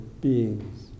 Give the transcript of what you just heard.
beings